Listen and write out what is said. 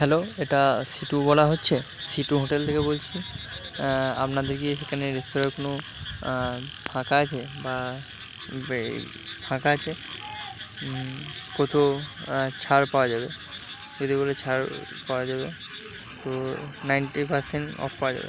hello এটা C two বলা হচ্ছে সি টু হোটেল থেকে বলছি আপনাদের কি এখানে রেস্তোরাঁর কোনো ফাঁকা আছে বা বেই ফাঁকা আছে কত ছাড় পাওয়া যাবে বললে ছাড় পাওয়া যাবে তো নাইন্টি পারসেন্ট অফ পাওয়া যাবে